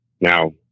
Now